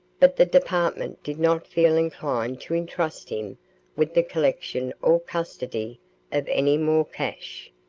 but the department did not feel inclined to entrust him with the collection or custody of any more cash.